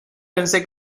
pensé